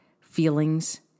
feelings